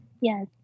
yes